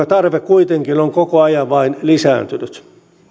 tarve kuitenkin on koko ajan vain lisääntynyt